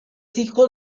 hijo